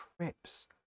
trips